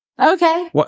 Okay